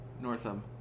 Northam